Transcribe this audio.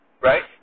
Right